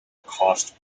cost